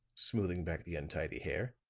smoothing back the untidy hair,